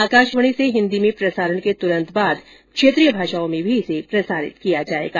आकाशवाणी से हिन्दी में प्रसारण के तुरंत बाद क्षेत्रीय भाषाओं में भी इसे प्रसारित किया जाएगा